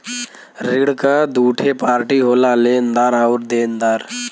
ऋण क दूठे पार्टी होला लेनदार आउर देनदार